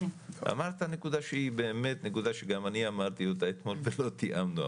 אמרת נקודה שהיא באמת נקודה שגם אני אמרתי אותה אתמול ולא תיאמנו.